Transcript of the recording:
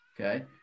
okay